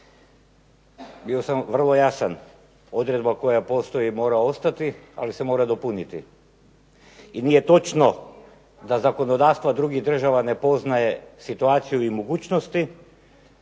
Bio sam vrlo jasan, odredba koja postoji mora ostati ali se mora dopuniti. I nije točno da zakonodavstvo drugih država ne poznaje situaciju i mogućnosti